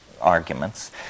arguments